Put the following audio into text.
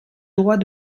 droits